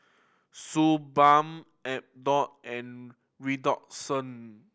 Suu Balm Abbott and Redoxon